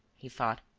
he thought.